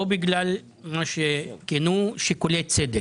או בגלל מה שכינו "שיקולי צדק".